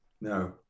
No